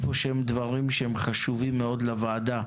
יש דברים שחשובים מאוד לוועדה,